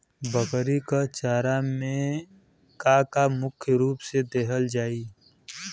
बकरी क चारा में का का मुख्य रूप से देहल जाई?